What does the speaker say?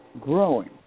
growing